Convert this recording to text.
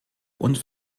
und